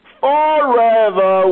forever